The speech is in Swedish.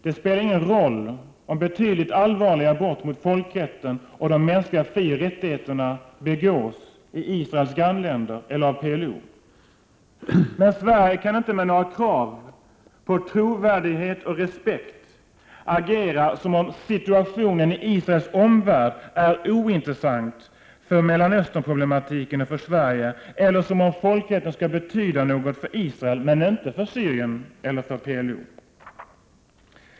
Det spelar ingen roll om betydligt allvarligare brott mot folkrätten och de mänskliga frioch rättigheterna begås i Israels grannländer eller av PLO. Men Sverige kan inte, med krav på trovärdighet och respekt, agera som om situationen i Israels omvärld är ointressant för Mellanösternproblematiken och Sverige, eller som om folkrätten skall betyda något för Israel men inte för Syrien eller PLO.